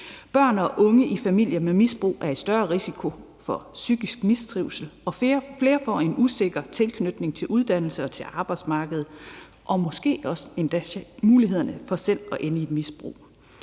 Børn og unge fra familier med misbrug er i større risiko for psykisk mistrives, og flere får en usikker tilknytning til uddannelse og arbejdsmarked, og de får måske også endda øget risiko for selv at ende i et misbrug.